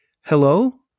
Hello